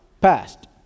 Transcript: Passed